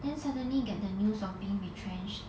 then suddenly get the news of being retrenched